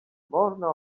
można